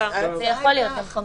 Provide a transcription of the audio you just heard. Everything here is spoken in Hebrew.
כן, ל-500.